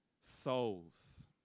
souls